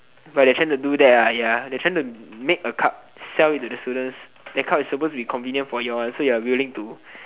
but they trying do that ya they trying to make a cup sell it to the students that cup is suppose to be convenient for you all so you are willing to